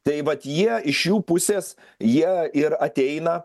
tai vat jie iš jų pusės jie ir ateina